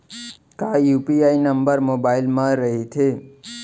का UPI number mobile म रहिथे?